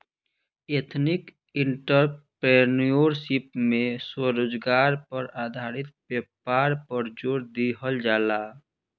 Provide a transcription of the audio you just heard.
ethnic entrepreneurship में स्वरोजगार आधारित व्यापार पर जोड़ दीहल जाला